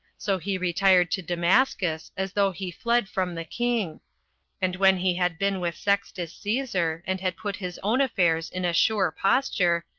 so he retired to damascus, as though he fled from the king and when he had been with sextus caesar, and had put his own affairs in a sure posture,